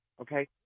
okay